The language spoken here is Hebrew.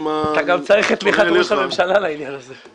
אתה גם צריך את תמיכת ראש הממשלה בעניין הזה.